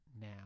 now